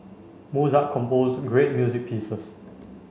Mozart composed great music pieces